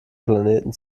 planeten